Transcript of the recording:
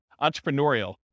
entrepreneurial